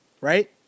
right